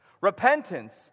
Repentance